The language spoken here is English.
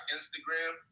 Instagram